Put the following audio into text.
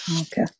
Okay